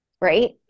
Right